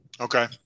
Okay